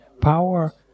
power